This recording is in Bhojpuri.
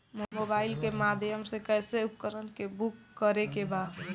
मोबाइल के माध्यम से कैसे उपकरण के बुक करेके बा?